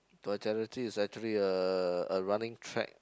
Vitality is actually a a running track